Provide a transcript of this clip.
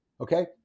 Okay